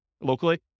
locally